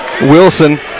Wilson